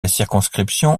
circonscription